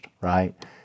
right